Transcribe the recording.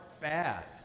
bad